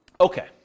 Okay